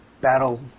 battle